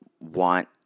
want